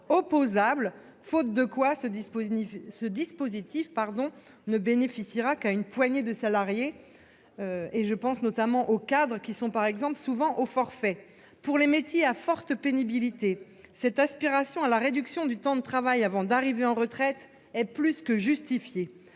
faute de quoi ce dispositif ne bénéficiera qu'à une poignée de salariés- je pense notamment aux cadres, qui sont souvent au forfait. Pour les métiers à forte pénibilité, cette aspiration à la réduction du temps de travail avant d'arriver à la retraite est plus que justifiée.